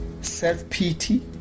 self-pity